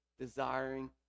desiring